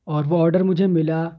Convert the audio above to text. اور وہ آڈر مجھے ملا